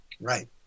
Right